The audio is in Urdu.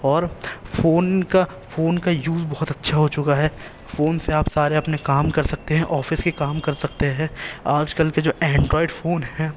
اور فون کا فون کا یوز بہت اچھا ہو چکا ہے فون سے آپ سارے اپنے کام کر سکتے ہیں آفس کے کام کر سکتے ہیں آج کل کے جو اینڈرائڈ فون ہیں